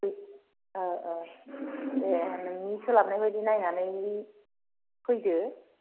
दे नोंनि सोलाबनाय बायदि नायनानै फैदो